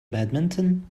badminton